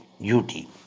duty